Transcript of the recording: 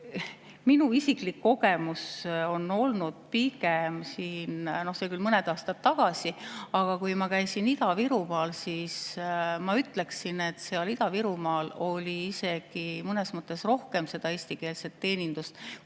Minu isiklik kogemus on olnud pigem [teistsugune]. See oli küll mõned aastad tagasi, aga kui ma käisin Ida-Virumaal, siis ma ütleksin, et Ida-Virumaal oli isegi mõnes mõttes rohkem eestikeelset teenindust